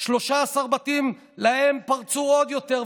13 בתים שאליהם פרצו עוד יותר,